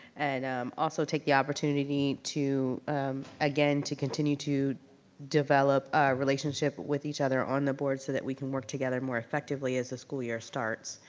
and um also take the opportunity to again, to continue to develop our relationship with each other on the board so that we can work together more effectively as the school year starts.